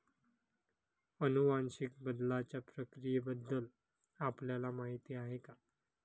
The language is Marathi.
अनुवांशिक बदलाच्या प्रक्रियेबद्दल आपल्याला माहिती आहे का?